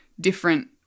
different